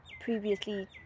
previously